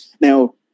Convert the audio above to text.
Now